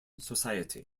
society